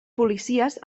policies